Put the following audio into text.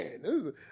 man